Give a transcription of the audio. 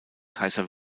kaiser